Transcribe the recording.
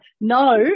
no